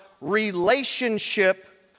relationship